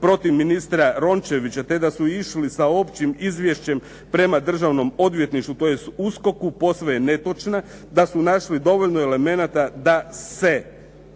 protiv ministra Rončevića te da su išli sa općim izvješćem prema Državnom odvjetništvu, tj. USKOK-u, posve je netočna, da su našli dovoljno elemenata da se